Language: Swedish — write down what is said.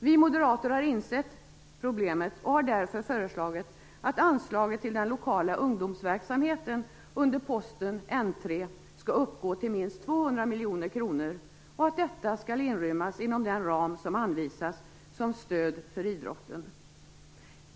Vi moderaterna har insett detta problem, och har därför föreslagit att anslaget till den lokala ungdomsverksamheten under posten N 3 skall uppgå till minst 200 miljoner kronor, och att detta skall inrymmas inom den ram som anvisas som stöd för idrotten.